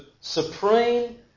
supreme